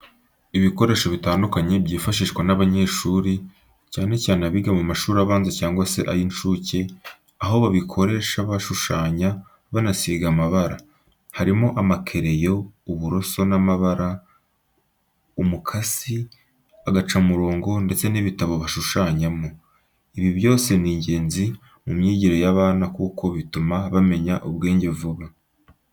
Ibikoresho bitandukanye byifashishwa n'abanyeshuri, cyane cyane abiga mu mashuri abanza cyangwa se ay'incuke, aho babikoresha bashushanya banasiga amabara. Harimo amakereyo, uburoso n'amabara, umukasi, agacamurongo ndetse n'ibitabo bashushanyamo. Ibi byose ni ingenzi mu myigire y'abana kuko bituma bamenya ubwenge vuba.